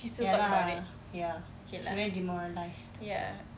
ya lah ya she very demoralised